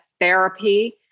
therapy